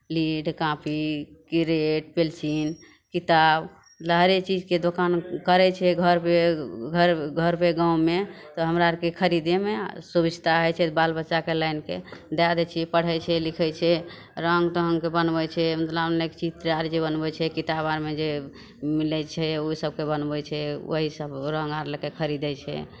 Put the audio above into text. lead copy crate pencil किताब मतलब हरेक चीजके दोकान करै छै घरवेद घर घरपर गाममे तऽ हमरा आओरके खरिदैमे सुभिस्ता होइ छै बालबच्चाकेँ आनिके दै दै छिए पढ़ै छै लिखै छै रङ्ग तङ्गके बनबै छै मतलब चित्र आओर जे बनबै छै किताब आओरमे मिलै छै ओसबके बनबै छै ओसब रङ्ग आओर लैके खरिदै छै